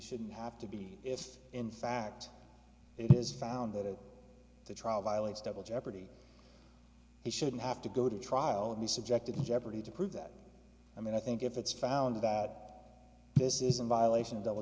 shouldn't have to be if in fact it is found that the trial violates double jeopardy he shouldn't have to go to trial on the subject in jeopardy to prove that i mean i think if it's found that this is in violation of double